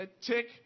tick